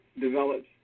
develops